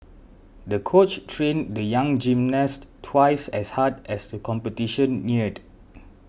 the coach trained the young gymnast twice as hard as the competition neared